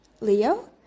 Leo